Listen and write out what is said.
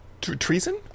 Treason